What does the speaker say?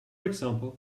example